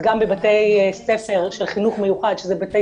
אז גם בבתי ספר של חינוך יוחד שזה בתי